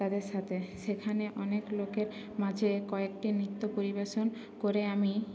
তাদের সাথে সেখানে অনেক লোকের মাঝে কয়েকটি নৃত্য পরিবেশন করে আমি